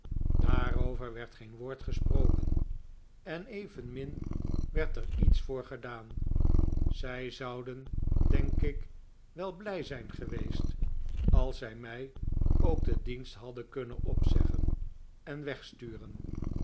daarover werd geenwoord gesproken en evenmin werd er iets voor gedaan zij zouden denk ik wel blij zijn geweest als zij mij ook den dienst hadden kunnen opzeggen en wegsturen